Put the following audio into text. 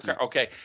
Okay